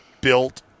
built